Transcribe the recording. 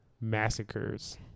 massacres